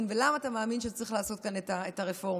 ולמה אתה מאמין שצריך לעשות כאן את הרפורמה.